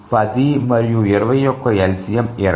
10 మరియు 20 యొక్క LCM 20